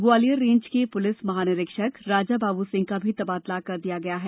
Gwalior range के police महानिरीक्षक राजा बाबू सिंह का भी तबादला कर दिया गया है